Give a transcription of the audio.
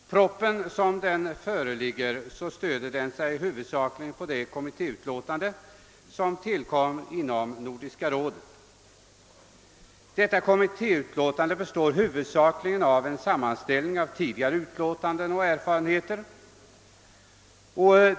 Propositionen stöder sig huvudsakligen på det kommittéutlåtande som tillkom inom Nordiska rådet. Detta utlåtande består till största delen av en sammanställning av tidigare utlåtanden och erfarenheter.